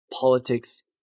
politics